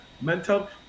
mental